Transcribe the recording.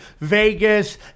Vegas